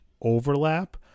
overlap